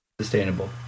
Sustainable